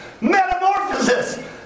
Metamorphosis